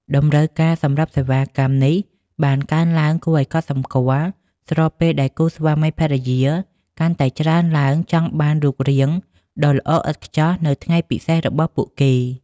តម្រូវការសម្រាប់សេវាកម្មនេះបានកើនឡើងគួរឱ្យកត់សម្គាល់ ស្របពេលដែលគូស្វាមីភរិយាកាន់តែច្រើនឡើងចង់បានរូបរាងដ៏ល្អឥតខ្ចោះនៅថ្ងៃពិសេសរបស់ពួកគេ។